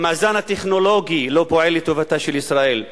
המאזן הטכנולוגי לא פועל לטובתה של ישראל.